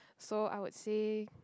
so I would say